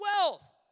wealth